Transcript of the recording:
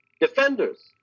defenders